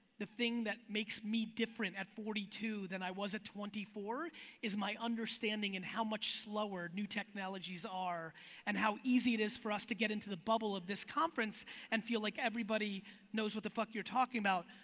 the thing that makes me different at forty two than i was at twenty four is my understanding at and how much slower new technologies are and how easy it is for us to get into the bubble of this conference and feel like everybody knows what the fuck you're talking about.